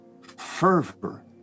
fervor